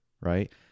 right